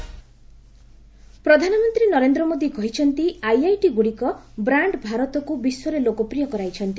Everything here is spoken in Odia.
ପିଏମ ପ୍ରଧାନମନ୍ତ୍ରୀ ନରେନ୍ଦ୍ର ମୋଦି କହିଛନ୍ତି ଆଇଆଇଟି ଗୁଡ଼ିକ ବ୍ରାଣ୍ଡ ଭାରତକୁ ବିଶ୍ୱରେ ଲୋକପ୍ରିୟ କରାଇଛନ୍ତି